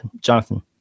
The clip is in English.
jonathan